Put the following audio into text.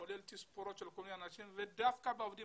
כולל תספורות של כל מיני אנשים ודווקא בעובדים